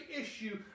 issue